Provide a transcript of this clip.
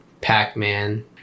Pac-Man